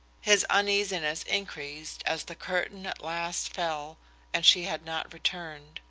his uneasiness increased as the curtain at last fell and she had not returned.